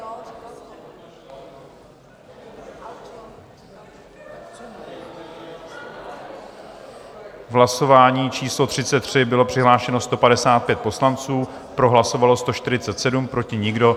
V hlasování číslo 33 bylo přihlášeno 155 poslanců, pro hlasovalo 147, proti nikdo.